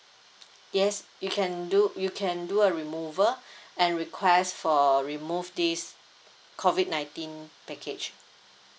yes you can do you can do a removal and request for remove this COVID nineteen package